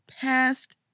past